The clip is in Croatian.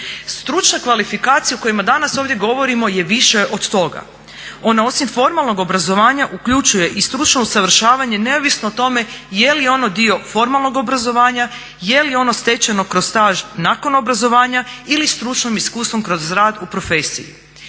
Stručna kvalifikacija o kojima danas ovdje govorimo je više od toga. Ona osim formalnog obrazovanja uključuje i stručno usavršavanje neovisno o tome jeli ono dio formalnog obrazovanja, jeli ono stečeno kroz staž nakon obrazovanja ili stručnim iskustvom kroz rad u profesiji.